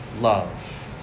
love